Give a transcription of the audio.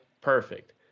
perfect